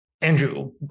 Andrew